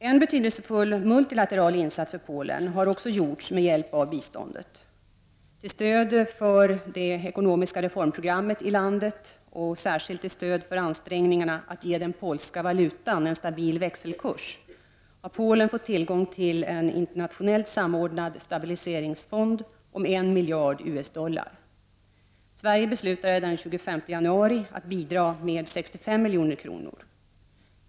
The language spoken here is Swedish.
En betydelsefull multilateral insats för Polen har också gjorts med hjälp av biståndet. Till stöd för det ekonomiska reformprogrammet i landet och särskilt till stöd för ansträngningarna att ge den polska valutan en stabil växelkurs har Polen fått tillgång till en internationellt samordnad stabiliseringsfond om 1 miljard US dollar. Sverige beslutade den 25 januari att bidra med 65 milj.kr.